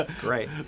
Great